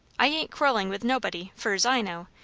i ain't quarrelling with nobody fur's i know,